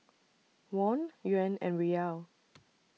Won Yuan and Riyal